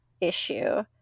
issue